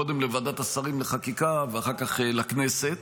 קודם לוועדת השרים לחקיקה ואחר כך לכנסת,